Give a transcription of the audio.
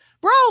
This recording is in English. bro